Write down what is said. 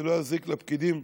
זה לא יזיק לפקידים,